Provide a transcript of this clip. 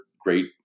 great